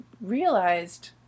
realized